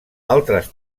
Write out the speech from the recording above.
altres